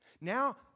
Now